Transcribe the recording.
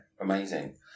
amazing